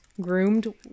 groomed